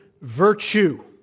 virtue